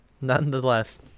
nonetheless